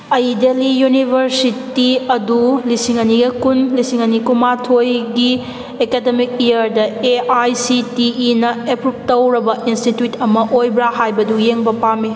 ꯑꯩ ꯗꯦꯜꯂꯤ ꯌꯨꯅꯤꯚꯔꯁꯤꯇꯤ ꯑꯗꯨ ꯂꯤꯁꯤꯡ ꯑꯅꯤꯒ ꯀꯨꯟ ꯂꯤꯁꯤꯡ ꯑꯅꯤ ꯀꯨꯟꯃꯥꯊꯣꯏꯒꯤ ꯑꯦꯀꯥꯗꯦꯃꯤꯛ ꯏꯌꯥꯔꯗ ꯑꯦ ꯑꯥꯏ ꯁꯤ ꯇꯤ ꯏꯅ ꯑꯦꯄ꯭ꯔꯨꯞ ꯇꯧꯔꯕ ꯏꯟꯁꯇꯤꯇꯨꯋꯤꯠ ꯑꯃ ꯑꯣꯏꯕ꯭ꯔꯥ ꯍꯥꯏꯕꯗꯨ ꯌꯦꯡꯕ ꯄꯥꯝꯏ